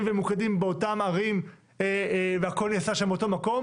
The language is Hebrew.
וממוקדים באותן ערים והכול נעשה שם באותו מקום,